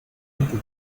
entre